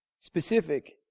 Specific